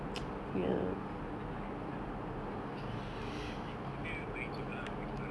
ya dah lama seh tak berbual then like macam you see other than cikgu dia baik juga ah dengan kita orang